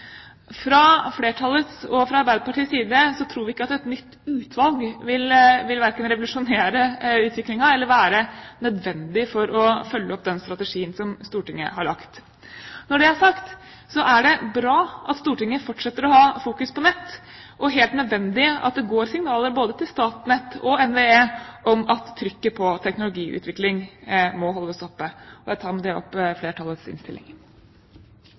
Fra flertallets og fra Arbeiderpartiets side tror vi ikke at et nytt utvalg verken vil revolusjonere utviklingen eller være nødvendig for å følge opp den strategien som Stortinget har lagt. Når det er sagt, er det bra at Stortinget fortsetter å fokusere på nett, og helt nødvendig at det går signaler både til Statnett og NVE om at trykket på teknologiutvikling må holdes oppe. Jeg anbefaler med dette flertallets innstilling.